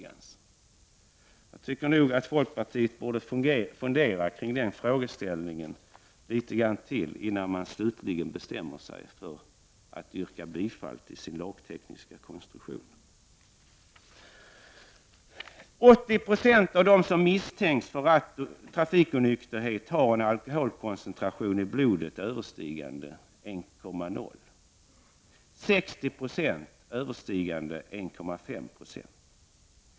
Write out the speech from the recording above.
Jag tycker nog att folkpartiet borde fundera kring denna fråga litet mera innan man slutligen bestämmer sig för att yrka bifall till förslaget om denna lagtekniska konstruktion. 80 70 av dem som misstänks för trafikonykterhet har alkoholkoncentrationer i blodet överstigande 1,0 700, 60 26 överstigande 1,5 Jo.